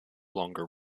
longer